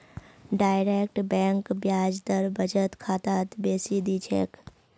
direct bank ब्याज दर बचत खातात बेसी दी छेक